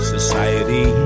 Society